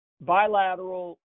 bilateral